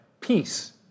peace